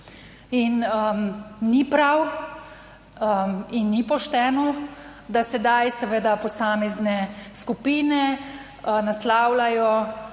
Ni prav in ni pošteno, da sedaj seveda posamezne skupine naslavljajo